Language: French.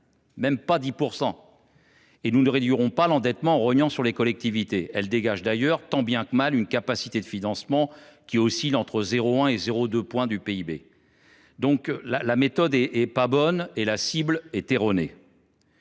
même pas 10 %! Nous ne réduirons pas l’endettement en rognant sur les collectivités. Elles dégagent d’ailleurs, tant bien que mal, une capacité de financement qui oscille en 0,1 et 0,2 point de PIB. La méthode n’est donc pas bonne, et la cible est mauvaise.